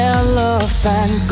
elephant